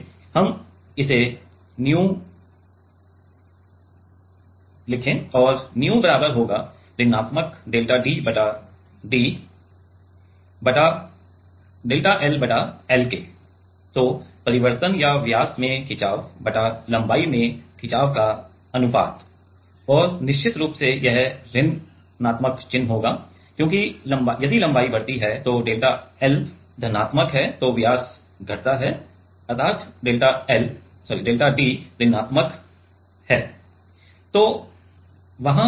आइए हम इसे nu और nu बराबर होगा ऋणात्मक डेल्टा D बटा D बटा डेल्टा L बटा L तोपरिवर्तन या व्यास में खिचाव बटा लंबाई में खिचाव का अनुपात और निश्चित रूप से एक ऋण चिह्न होगा क्योंकि यदि लंबाई बढ़ती है यदि डेल्टा L धनात्मक है तो व्यास घटता है अर्थात डेल्टा D ऋणात्मक है